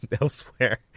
elsewhere